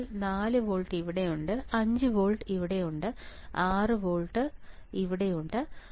അതിനാൽ 4 വോൾട്ട് ഇവിടെയുണ്ട് 5 വോൾട്ട് ഇവിടെയുണ്ട് 6 വോൾട്ട് 6 വോൾട്ട് ഇവിടെയുണ്ട്